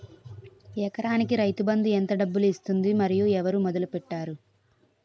ఎకరానికి రైతు బందు ఎంత డబ్బులు ఇస్తుంది? మరియు ఎవరు మొదల పెట్టారు?